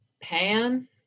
Pan